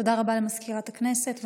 תודה רבה למזכירת הכנסת.